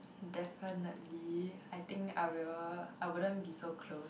definitely I think I will I wouldn't be so close